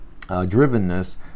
drivenness